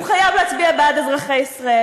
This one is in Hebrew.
הוא חייב להצביע בעד אזרחי ישראל.